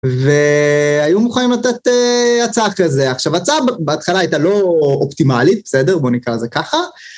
והיו מוכנים לתת הצעה אחרי זה, עכשיו הצעה בהתחלה הייתה לא אופטימלית, בסדר? בוא נקרא לזה ככה.